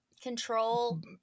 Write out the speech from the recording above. control